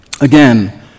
Again